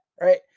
right